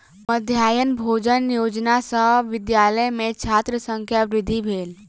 मध्याह्न भोजन योजना सॅ विद्यालय में छात्रक संख्या वृद्धि भेल